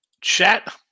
chat